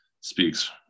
speaks